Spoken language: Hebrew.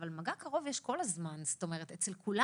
אבל מגע קרוב יש כל הזמן אצל כולם.